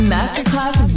Masterclass